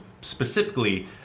specifically